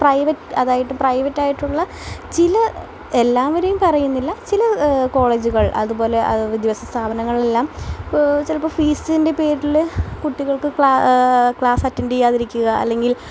private അതായിട്ട് പ്രൈവറ്റായിട്ടുള്ള ചില എല്ലാവരേയും പറയുന്നില്ല ചില കോളേജുകൾ അതുപോലെ അത് വിദ്യാഭ്യാസ സ്ഥാപനങ്ങളിലെല്ലാം ചിലപ്പോൾ ഫീസിൻ്റെ പേരിൽ കുട്ടികൾക്ക് ക്ലാസ്സ് അറ്റൻഡ് ചെയ്യാതിരിക്കുക അല്ലെങ്കിൽ